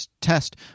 test